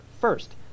first